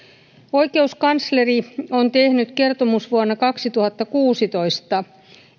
oikeuskansleri on tehnyt kertomusvuonna kaksituhattakuusitoista